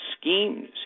schemes